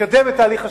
לקדם את תהליך השלום?